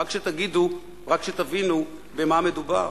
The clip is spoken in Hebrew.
רק שתבינו במה מדובר.